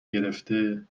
گرفته